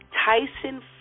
Tyson